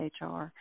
HR